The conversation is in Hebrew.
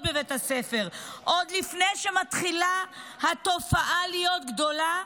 בבית הספר עוד לפני שהתופעה מתחילה להיות גדולה.